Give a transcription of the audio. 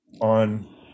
on